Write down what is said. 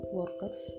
workers